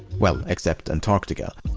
well, except antarctica.